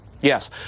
Yes